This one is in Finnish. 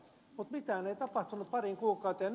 mutta mitään ei tapahtunut pariin kuukauteen